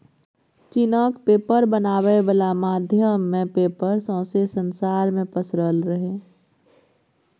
चीनक पेपर बनाबै बलाक माध्यमे पेपर सौंसे संसार मे पसरल रहय